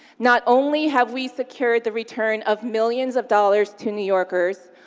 not only have we secured the return of millions of dollars to new yorkers,